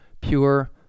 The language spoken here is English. pure